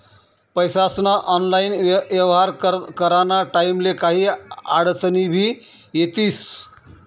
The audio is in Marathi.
पैसास्ना ऑनलाईन येव्हार कराना टाईमले काही आडचनी भी येतीस